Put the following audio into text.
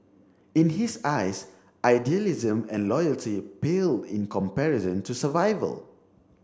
in his eyes idealism and loyalty paled in comparison to survival